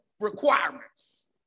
requirements